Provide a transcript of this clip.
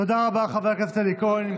תודה רבה לחבר הכנסת אלי כהן.